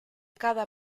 cada